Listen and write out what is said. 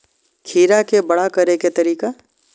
खीरा के बड़ा करे के तरीका?